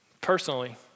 personally